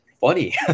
funny